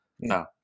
No